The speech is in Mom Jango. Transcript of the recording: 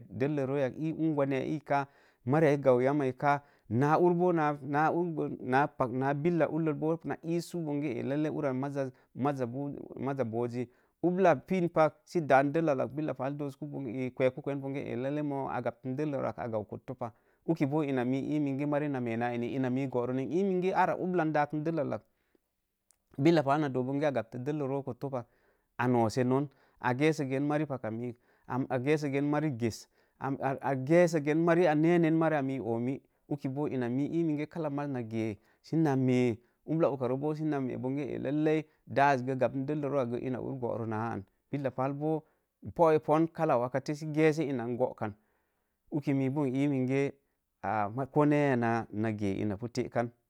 Dellə roo inge na ungwaniya ku mariya ii gau yam ka, nə uri boo, nə pak nə billa ulləl boo na iisu bonge ee məza məza məza boo gi, ubla pii pak sə dən dellalak, billa pa doosku, kweku kwen, dosuku bonge moo gapten dellallə ak a gau kotto pa, ubla n dəkən dellal lak, billapal na da bonge a gaptə dello roo kotto pah a noosenon, a gesə gen mari paka miik, geesə gen ges, a gessə mari a nenen mari paka mik, ubla uka ree sə mee ubla uka ree boo se mee lailai da as gə gagben dello roo akgə ina ur booroon a an, billa pal pu a pun sə geese ina n gookan uki mii boo n i minge ko neya na gee ina pu tekan.